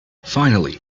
finally